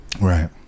Right